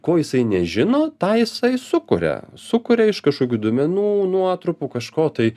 ko jisai nežino tą jisai sukuria sukuria iš kažkokių duomenų nuotrupų kažko tai